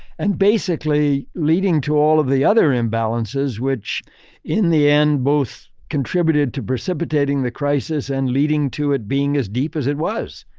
and basically leading to all of the other imbalances, which in the end, both contributed to precipitating the crisis and leading to it being as deep as it was.